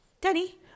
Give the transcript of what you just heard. Denny